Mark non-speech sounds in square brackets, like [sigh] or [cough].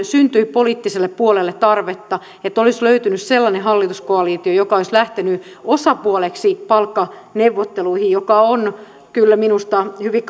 syntyi poliittiselle puolelle tarvetta että olisi löytynyt sellainen hallituskoalitio joka olisi lähtenyt osapuoleksi palkkaneuvotteluihin joka on kyllä minusta hyvin [unintelligible]